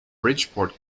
bridgeport